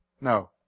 No